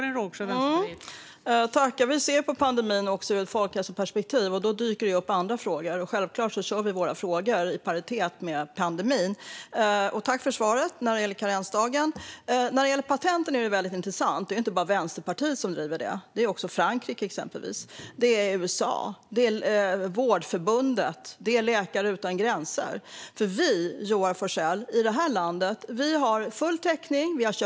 Fru talman! Vi ser på pandemin också ur ett folkhälsoperspektiv, och då dyker det ju upp andra frågor. Självklart kör vi våra frågor i paritet med pandemin. Jag tackar för svaret när det gäller karensdagen. När det gäller patenten är det väldigt intressant. Det är inte bara Vänsterpartiet som driver detta, utan det är också exempelvis Frankrike, USA, Vårdförbundet och Läkare Utan Gränser. Vi i det här landet, Joar Forssell, har full täckning.